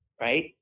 right